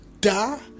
die